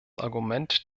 argument